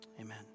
Amen